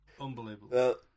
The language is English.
Unbelievable